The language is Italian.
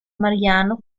mariano